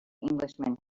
englishman